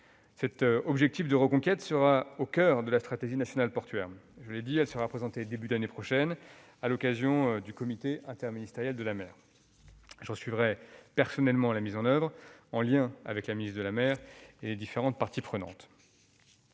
Cet objectif de reconquête sera au coeur de la stratégie nationale portuaire. Elle sera présentée au début de l'année prochaine, à l'occasion du comité interministériel de la mer (CIMer). J'en suivrai personnellement la mise en oeuvre, en lien avec la ministre de la mer et les différentes parties prenantes.